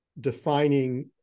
defining